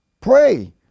pray